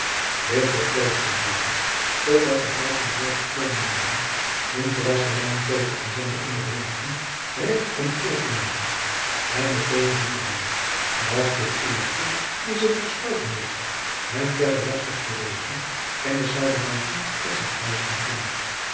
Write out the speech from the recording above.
dit getroosteden zij zich totdat zij buiten het dorp gekomen waren toen gelastte maanvreter aan zijne onderhoorigen rechts om keert te maken en meteen zwoer hij dat de eerste die zich verstouten dorst hem verder lastig te wezen kennis zoude maken met zijn ijzeren kling